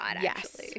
yes